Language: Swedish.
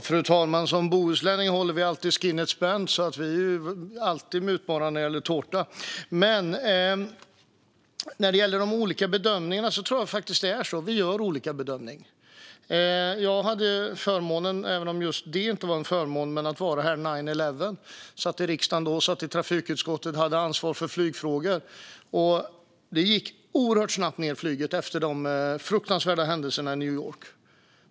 Fru talman! Vi bohuslänningar håller alltid skinnet spänt, så vi är alltid mutbara när det gäller tårta. Men här tror jag faktiskt att vi gör olika bedömningar. Jag hade ju förmånen - även om just detta inte var en förmån - att vara här "nine eleven". Jag satt i riksdagen och trafikutskottet då och hade ansvar för flygfrågor. Flyget gick oerhört snabbt ned efter de fruktansvärda händelserna i New York.